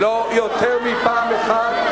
יותר מפעם אחת,